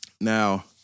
Now